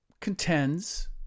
contends